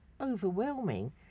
overwhelming